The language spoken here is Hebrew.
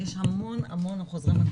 יש המון חוזרי מנכ"ל,